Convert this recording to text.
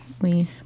we-